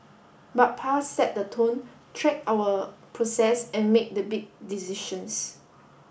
but Pa set the tone tracked our process and make the big decisions